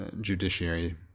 judiciary